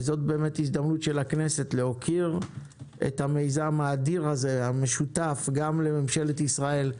זו הזדמנות של הכנסת להוקיר את המיזם האדיר הזה המשותף גם לממשלת ישראל,